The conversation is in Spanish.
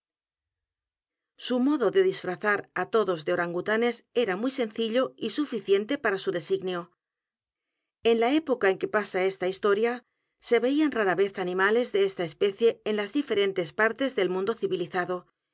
su modo de disfrazar á todos de orangutanes era muy sencillo y suficiente p a r a su designio en la época en que pasa esta historia se veían r a r a vez animales de esta especie en las diferentes p a r t e s del mundo civilizado